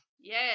Yes